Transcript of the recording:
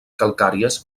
calcàries